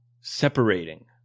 separating